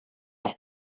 nog